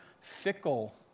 fickle